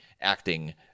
acting –